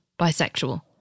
bisexual